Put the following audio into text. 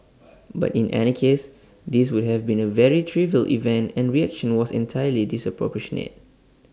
but in any case this would have been A very trivial event and reaction was entirely disproportionate